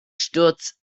sturz